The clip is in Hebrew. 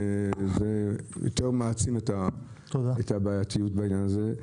זה מעצים את הבעייתיות בעניין הזה.